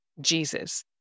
Jesus